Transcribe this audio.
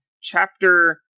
chapter